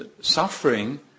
Suffering